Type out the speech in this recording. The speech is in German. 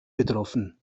betroffen